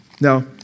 Now